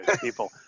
people